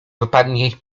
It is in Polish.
wypadnie